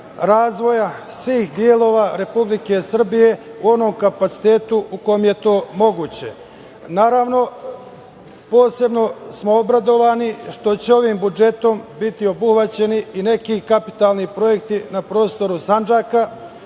razvoja svih delova Republike Srbije u onom kapacitetu u kom je to moguće. Naravno, posebno smo obradovani što će ovim budžetom biti obuhvaćeni i neki kapitalni projekti na prostoru Sandžaka,